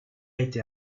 été